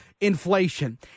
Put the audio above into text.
inflation